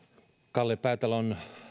kalle päätalon